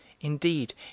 Indeed